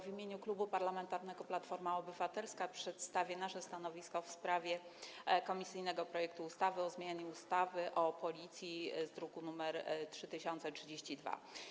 W imieniu Klubu Parlamentarnego Platforma Obywatelska przedstawię nasze stanowisko w sprawie komisyjnego projektu ustawy o zmianie ustawy o Policji, druk nr 3032.